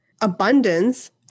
abundance